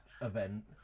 event